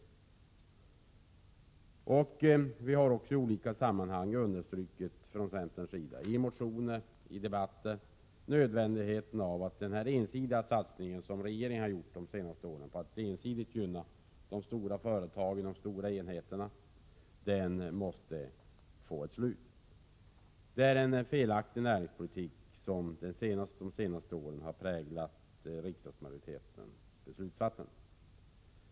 Från centerns sida har vi också i olika sammanhang - i motioner, i debatter —- understrukit nödvändigheten av att regeringens satsning under de senaste åren på att ensidigt gynna de stora företagen och de stora enheterna måste få ett slut. Det är en felaktig näringspolitik som har präglat riksdagsmajoritetens beslutsfattande de senaste åren.